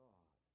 God